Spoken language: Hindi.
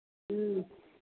ह्म्म